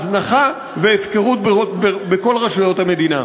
הזנחה והפקרות בכל רשויות המדינה.